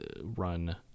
run